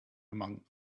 among